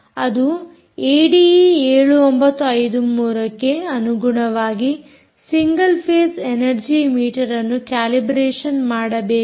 ಅದು ಏಡಿಈ7953ಗೆ ಅನುಗುಣವಾಗಿ ಸಿಂಗಲ್ ಫೇಸ್ ಎನರ್ಜೀ ಮೀಟರ್ ಅನ್ನು ಕ್ಯಾಲಿಬ್ರೇಷನ್ ಮಾಡಬೇಕು